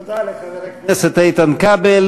תודה לחבר הכנסת איתן כבל.